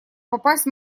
попасть